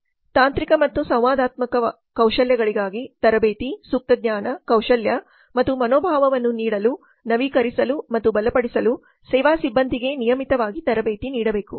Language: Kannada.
ತಾಂತ್ರಿಕ ಮತ್ತು ಸಂವಾದಾತ್ಮಕ ಕೌಶಲ್ಯಗಳಿಗಾಗಿ ತರಬೇತಿ ಸೂಕ್ತ ಜ್ಞಾನ ಕೌಶಲ್ಯ ಮತ್ತು ಮನೋಭಾವವನ್ನು ನೀಡಲು ನವೀಕರಿಸಲು ಮತ್ತು ಬಲಪಡಿಸಲು ಸೇವಾ ಸಿಬ್ಬಂದಿಗೆ ನಿಯಮಿತವಾಗಿ ತರಬೇತಿ ನೀಡಬೇಕು